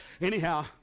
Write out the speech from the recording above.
anyhow